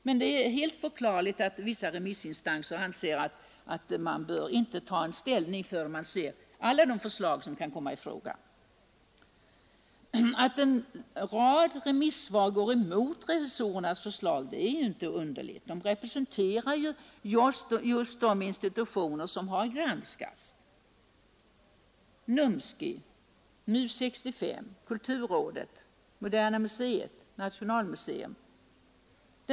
Men det är förklarligt att vissa remissinstanser anser att man inte bör ta ställning förrän man får se alla de förslag som kan komma i fråga. Att en rad remissvar går emot revisorernas förslag är heller inte underligt. De som avstyrker representerar just de institutioner som har granskats: NUNSKI, MUS 65, kulturrådet, Moderna museet och Nationalmuseum.